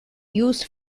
used